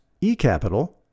eCapital